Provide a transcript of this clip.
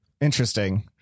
Interesting